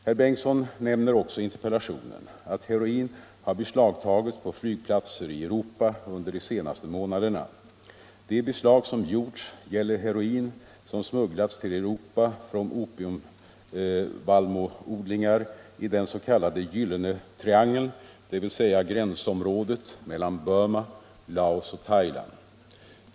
Herr Bengtsson nämner också i interpellationen att heroin har beslagtagits på flygplatser i Europa under de senaste månaderna. De beslag som gjorts gäller heroin som smugglats till Europa från opievallmoodlingarna i den s.k. gyllene triangeln, dvs. gränsområdet mellan Burma, Laos och Thailand.